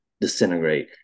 disintegrate